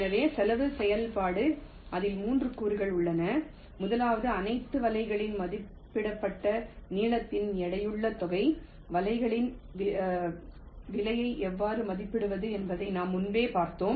எனவே செலவு செயல்பாடு அதில் 3 கூறுகள் உள்ளன முதலாவது அனைத்து வலைகளின் மதிப்பிடப்பட்ட நீளத்தின் எடையுள்ள தொகை வலைகளின் விலையை எவ்வாறு மதிப்பிடுவது என்பதை நாம் முன்பே பார்த்தோம்